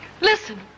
listen